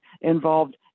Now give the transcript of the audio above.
involved